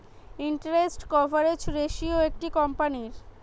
interest coverage ratio একটা কোম্পানীর